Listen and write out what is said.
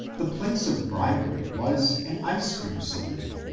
the place of bribery was an ice-cream saloon.